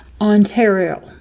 Ontario